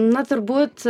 na turbūt